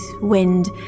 wind